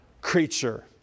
creature